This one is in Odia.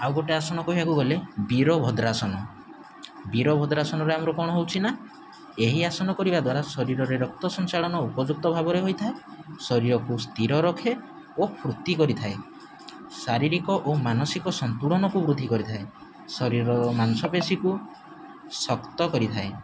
ଆଉ ଗୋଟେ ଆସନ କହିବାକୁ ଗଲେ ବିରଭଦ୍ରାସନ ବିରଭଦ୍ରାସନରେ ଆମର କଣ ହେଉଛିନା ଏହି ଆସନ କରିବା ଦ୍ୱାରା ଶରୀରରେ ରକ୍ତ ସଞ୍ଚାଳନ ଉପଯୁକ୍ତ ଭାବରେ ହୋଇଥାଏ ଶରୀରକୁ ସ୍ଥିର ରଖେ ଓ ଫୁର୍ତ୍ତି କରିଥାଏ ଶାରୀରିକ ଓ ମାନସିକ ସନ୍ତୁଳନକୁ ବୃଦ୍ଧି କରିଥାଏ ଶରୀରର ମାଂସପେଶୀକୁ ଶକ୍ତ କରିଥାଏ